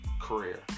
career